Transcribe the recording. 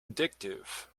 addictive